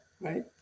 right